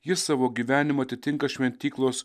jis savo gyvenimą atitinka šventyklos